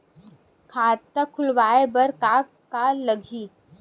खाता खुलवाय बर का का लगही?